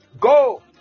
Go